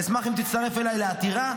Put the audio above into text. אשמח אם תצטרף אליי לעתירה,